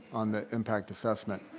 on the impact assessment.